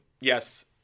yes